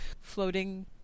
floating